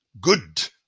good